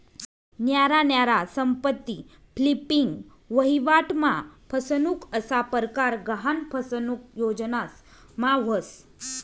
न्यारा न्यारा संपत्ती फ्लिपिंग, वहिवाट मा फसनुक असा परकार गहान फसनुक योजनास मा व्हस